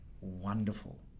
wonderful